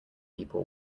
people